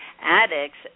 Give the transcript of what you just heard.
addicts